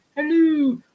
Hello